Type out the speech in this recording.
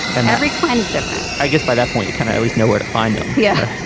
and every client is different. i guess by that point you kind of always know where to find them. yeah